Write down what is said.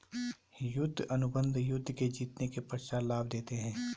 युद्ध अनुबंध युद्ध के जीतने के पश्चात लाभ देते हैं